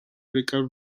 recover